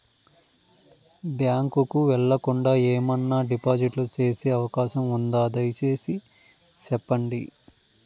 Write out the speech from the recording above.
Bank కు వెళ్లకుండా, ఏమన్నా డిపాజిట్లు సేసే అవకాశం ఉందా, దయసేసి సెప్పండి?